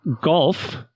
golf